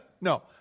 No